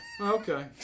Okay